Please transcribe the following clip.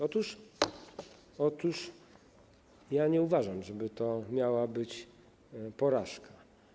Otóż ja nie uważam, żeby to miała być porażka.